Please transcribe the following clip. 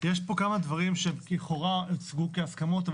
יש פה כמה דברים שהם לכאורה הוצגו כהסכמות,